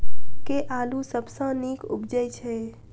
केँ आलु सबसँ नीक उबजय छै?